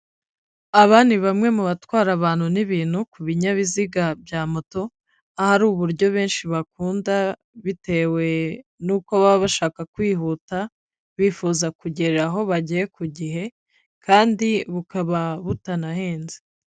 Aba ni bamwe mu batwara abantu n'ibintu ku binyabiziga bya moto. Aho ari uburyo benshi bakunda bitewe n'uko baba bashaka kwihuta bifuza kugera aho bagiye ku gihe, kandi bukaba butanahenze.